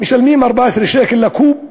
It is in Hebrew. משלמים 14 שקל לקוב.